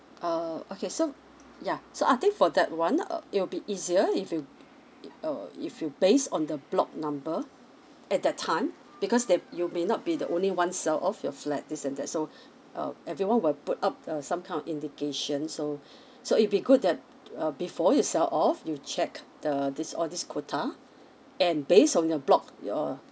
uh okay so yeah so I think for that [one] uh it will be easier if you uh if you based on the block number at that time because that you may not be the only one sell off your flat this and that so um everyone will put up uh some kind of indication so so it'll be good that uh before you sell off you check the this all these quota and based on your block your uh